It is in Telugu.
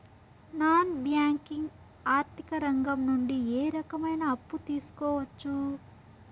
నాన్ బ్యాంకింగ్ ఆర్థిక రంగం నుండి ఏ రకమైన అప్పు తీసుకోవచ్చు?